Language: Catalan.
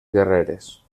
guerreres